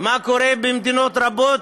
מה קורה במדינות רבות,